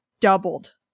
doubled